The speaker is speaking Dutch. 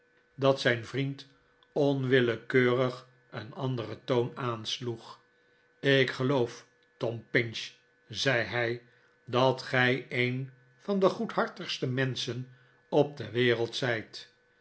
dat zijn vriend onwillekeurig een anderen toon aansloeg ik geloof tom pinch zei hij dat gij een van de goedhartigste menschen op de wereld zijt